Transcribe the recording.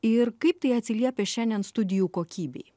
ir kaip tai atsiliepia šiandien studijų kokybei